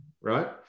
Right